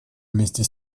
вместе